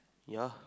ya